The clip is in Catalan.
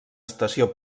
estació